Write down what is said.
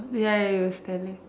ya ya he was telling